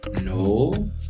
No